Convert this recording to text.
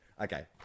Okay